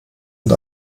mit